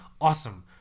awesome